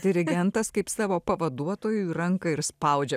dirigentas kaip savo pavaduotojui ranką ir spaudžia